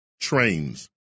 trains